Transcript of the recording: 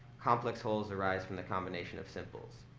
complex wholes arise from the combination of simples